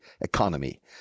economy